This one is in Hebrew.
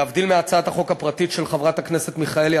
להבדיל מהצעת החוק הפרטית של חברת הכנסת מיכאלי,